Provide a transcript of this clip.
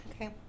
Okay